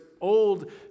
old